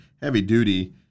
heavy-duty